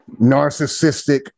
narcissistic